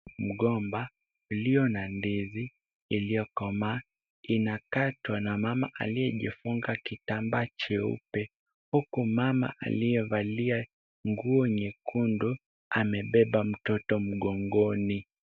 Mgomba ulio na ndizi iliyokomaa inakatwa na mama aliyejifunga kitambaa cheupe, huku mama aliyevalia nguo nyekundu amebeba mtoto mgongoni.